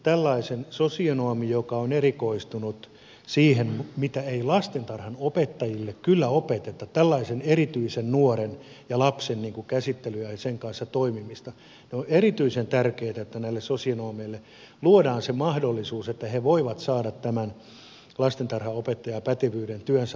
tällaisille sosionomeille jotka ovat erikoistuneet siihen mitä ei lastentarhanopettajille kyllä opeteta tällaisen erityisen nuoren ja lapsen käsittelyä ja hänen kanssaan toimimista on erityisen tärkeätä luoda se mahdollisuus että he voivat saada tämän lastentarhanopettajan pätevyyden työnsä ohella